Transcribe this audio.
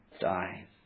die